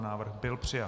Návrh byl přijat.